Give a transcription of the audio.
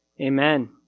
amen